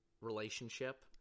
relationship